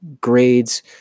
grades